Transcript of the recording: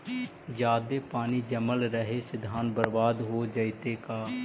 जादे पानी जमल रहे से धान बर्बाद हो जितै का?